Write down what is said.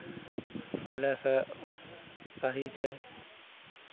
पहिलेसँ सही छै